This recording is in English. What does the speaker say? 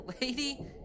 Lady